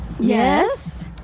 Yes